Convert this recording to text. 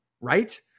right